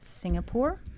Singapore